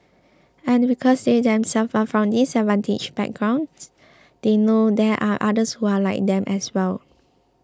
and because they themselves are from disadvantaged backgrounds they know there are others who are like them as well